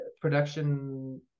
production